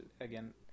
again